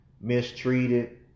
mistreated